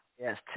yes